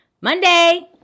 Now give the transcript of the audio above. Monday